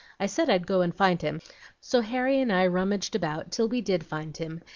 i said i'd go and find him so harry and i rummaged about till we did find him,